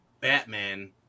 Batman